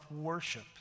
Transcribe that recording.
worship